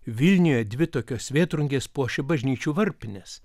vilniuje dvi tokios vėtrungės puošia bažnyčių varpines